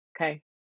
Okay